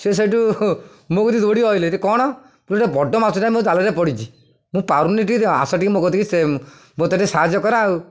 ସେ ସେଇଠୁ ମୋ କତିକି ଦୌଡ଼ି ଆସିଲେ ଯେ କ'ଣ ଗୋଟେ ବଡ଼ ମାଛଟେ ମୋ ଜାଲରେ ପଡ଼ିଛି ମୁଁ ପାରୁନି ଟିକେ ଆସ ଟିକେ ମୋ କତିକି ସେ ମୋତେ ଟିକେ ସାହାଯ୍ୟ କର ଆଉ